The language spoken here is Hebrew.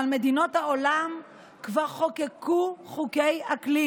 אבל מדינות העולם כבר חוקקו חוקי אקלים